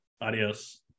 Adios